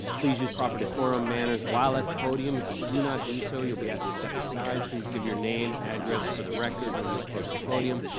please use proper decorum, manners while at the podium. if you do not do so, you will be asked to step aside. please give your name, address for the record when you approach the podium.